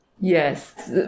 Yes